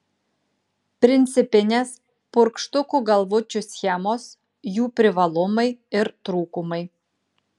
principinės purkštukų galvučių schemos jų privalumai ir trūkumai